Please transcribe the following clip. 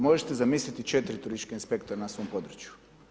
Možete zamisliti, 4 turistička inspektora na svom području?